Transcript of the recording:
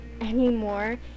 anymore